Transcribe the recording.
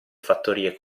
fattorie